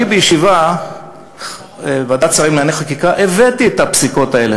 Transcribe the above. אני הבאתי בישיבה של ועדת שרים לענייני חקיקה את הפסיקות האלה,